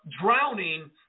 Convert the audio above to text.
drowning